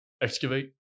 Excavate